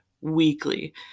weekly